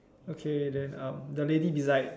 okay then uh the lady beside